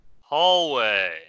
Hallway